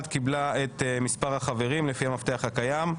קיבלה את מספר החברים לפי המפתח הקיים.